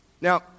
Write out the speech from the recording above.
Now